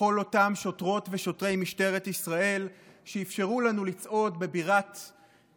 לכל אותם שוטרות ושוטרי משטרת ישראל שאפשרו לנו לצעוד בבירתנו